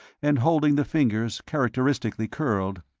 and holding the fingers characteristically curled,